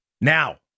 Now